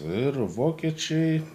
ir vokiečiai